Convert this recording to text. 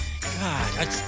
God